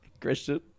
Christian